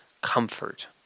comfort